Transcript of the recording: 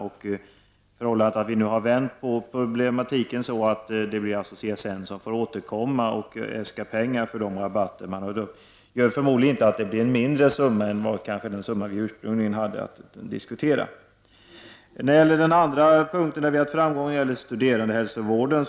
Vi har nu vänt på problematiken så att det blir CSN som får återkomma och äska pengar för rabatterna. Det betyder förmodligen inte att summan blir mindre än den summa vi ursprungligen diskuterade. Den andra punkt som vi har haft framgång på gäller studerandehälsovården.